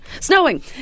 Snowing